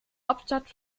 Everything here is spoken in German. hauptstadt